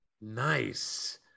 Nice